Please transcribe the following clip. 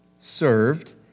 served